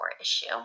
issue